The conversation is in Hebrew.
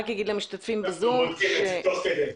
אנחנו בודקים את זה תוך כדי.